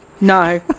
no